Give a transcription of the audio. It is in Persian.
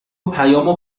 پیامو